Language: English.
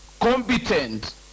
competent